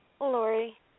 Lori